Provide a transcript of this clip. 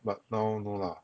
but now no lah